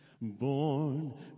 Born